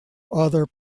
other